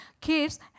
kids